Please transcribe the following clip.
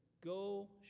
go